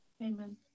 Amen